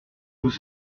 vous